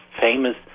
famous